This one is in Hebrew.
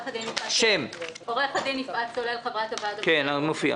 אני חברת הוועד המנהל ב"אופק".